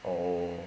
oh